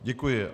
Děkuji.